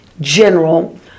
general